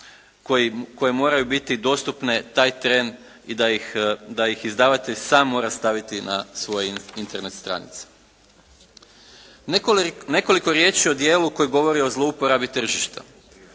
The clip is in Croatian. koje moraju biti dostupne taj tren i da ih izdavatelj sam mora staviti na svoje Internet stranice. Nekoliko riječi o djelu koji govori o zlouporabi tržišta.